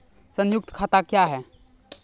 संयुक्त खाता क्या हैं?